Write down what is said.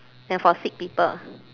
and for sick people